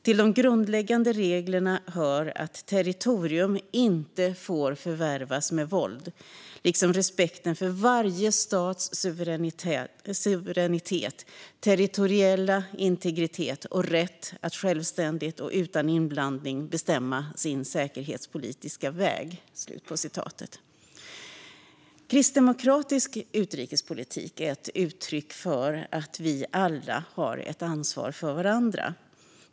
Till de grundläggande reglerna hör att territorium inte får förvärvas med våld, liksom respekten för varje stats suveränitet, territoriella integritet och rätt att självständigt och utan inblandning bestämma sin säkerhetspolitiska väg." Kristdemokratisk utrikespolitik är ett uttryck för att vi alla har ett ansvar för varandra.